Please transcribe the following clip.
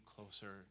closer